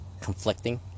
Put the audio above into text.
conflicting